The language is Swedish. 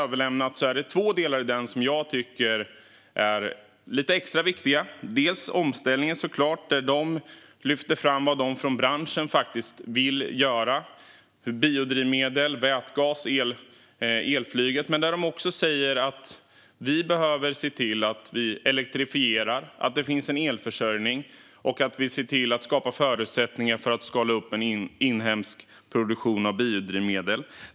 Det finns två delar som jag tycker är extra viktiga. Bland annat gäller det omställningen. Branschen lyfter fram vad den vill göra för biodrivmedel, vätgas och elflyget. Men branschen säger också att vi måste se till att det finns en elförsörjning och skapa förutsättningar för att skala upp en inhemsk produktion av biodrivmedel.